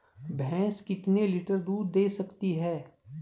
भैंस कितने लीटर तक दूध दे सकती है?